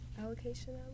allocation